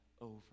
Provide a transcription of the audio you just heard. over